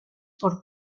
por